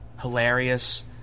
hilarious